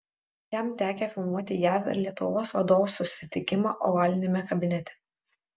jam tekę filmuoti jav ir lietuvos vadovų susitikimą ovaliniame kabinete